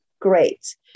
Great